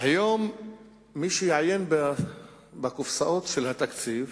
היום מי שיעיין בקופסאות של התקציב